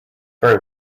very